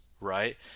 right